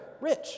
rich